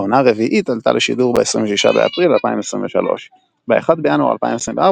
העונה הרביעית עלתה לשידור ב-26 באפריל 2023. ב-1 בינואר 2024